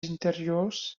interiors